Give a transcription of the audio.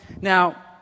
now